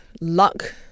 luck